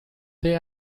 they